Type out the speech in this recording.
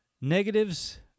Negatives